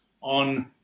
on